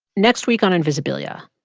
next week on invisibilia,